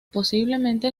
posiblemente